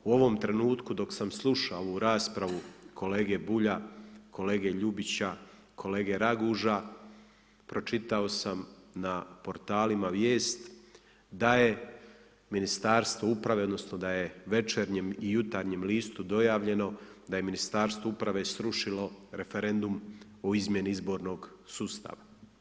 U ovom trenutku, dok sam slušao ovu raspravu kolege Bulja, kolega Ljubića, kolege Raguža, pročitao sam na portalima vijest da je Ministarstvo uprave odnosno da je Večernjem i Jutarnjem listu dojavljeno da je Ministarstvo uprave srušilo referendum o izmjeni Izbornog sustava.